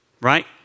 right